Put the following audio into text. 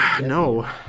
No